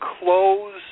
close